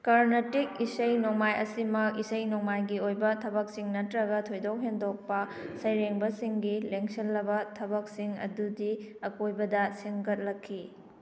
ꯀꯥꯔꯅꯇꯤꯛ ꯏꯁꯩ ꯅꯣꯡꯃꯥꯏ ꯑꯁꯤꯃꯛ ꯏꯁꯩ ꯅꯣꯡꯃꯥꯏꯒꯤ ꯑꯣꯏꯕ ꯊꯕꯛꯁꯤꯡ ꯅꯠꯇ꯭ꯔꯒ ꯊꯣꯏꯗꯣꯛ ꯍꯦꯟꯗꯣꯛꯄ ꯁꯩꯔꯦꯡꯕꯁꯤꯡꯒꯤ ꯂꯦꯡꯁꯤꯜꯂꯕ ꯊꯕꯛꯁꯤꯡ ꯑꯗꯨꯗꯤ ꯑꯀꯣꯏꯕꯗ ꯁꯦꯝꯒꯠꯂꯛꯈꯤ